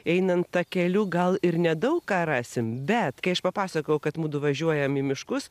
einant takeliu gal ir nedaug ką rasim bet kai aš papasakojau kad mudu važiuojam į miškus